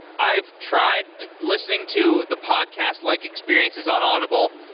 i've tried listening to the podcast-like experiences on audible.